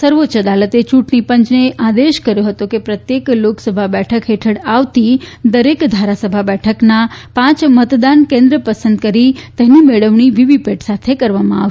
સર્વોચ્ય અદાલતે ચૂંટણી પંચને આદેશ કર્યો હતો કે પ્રત્યેક લોકસભા બેઠક હેઠળ આવતી દરેક ધારાસભા બેઠકના પાંચ મતદાન કેન્દ્ર પસંદ કરી તેની મેળવણી વીવીપેટ સાથે કરવામાં આવે